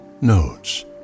Notes